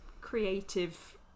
creative